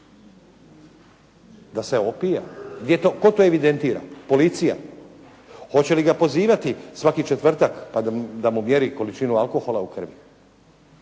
Da se opija? Gdje to, tko to evidentira? Policija. Hoće li ga pozivati svaki četvrtak a da mu mjeri količinu alkohola u krvi?